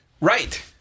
Right